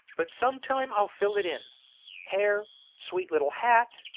but sometime i'll fill it in hair, sweet little hat,